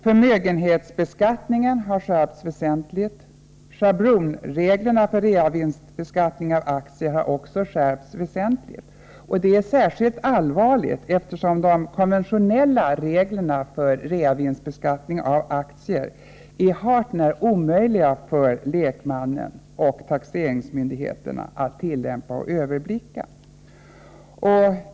Förmögenhetsbeskattningen har skärpts väsentligt. Schablonreglerna för reavinstbeskattningen av aktier har också blivit betydligt hårdare. Det är särskilt allvarligt, eftersom de konventionella reglerna för reavinstbeskattning av aktier är hart när omöjliga för lekmannen — och taxeringsmyndigheterna — att överblicka och tillämpa.